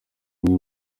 umwe